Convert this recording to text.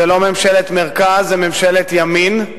זו לא ממשלת מרכז, זו ממשלת ימין,